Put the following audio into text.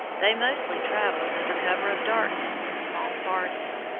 they mostly travelled under cover of darkness in small parties.